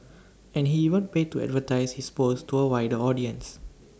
and he even paid to advertise his posts to A wider audience